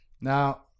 Now